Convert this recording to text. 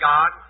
God